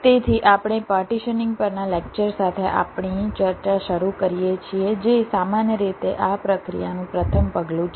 તેથી આપણે પાર્ટીશનીંગ પરના લેક્ચર સાથે આપણી ચર્ચા શરૂ કરીએ છીએ જે સામાન્ય રીતે આ પ્રક્રિયાનું પ્રથમ પગલું છે